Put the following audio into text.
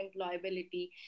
employability